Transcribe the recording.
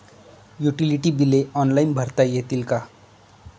Utility बिले online भरता येतील का?